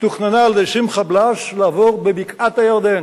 תוכננה על-ידי שמחה בלאס לעבור בבקעת-הירדן,